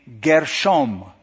Gershom